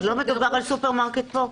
לא מדובר על סופרמרקט פה?